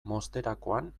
mozterakoan